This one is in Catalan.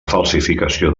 falsificació